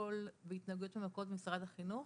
אלכוהול והתנהגויות ממכרות במשרד החינוך.